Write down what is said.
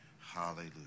Hallelujah